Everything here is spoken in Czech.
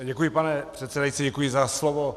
Děkuji, pane předsedající, děkuji za slovo.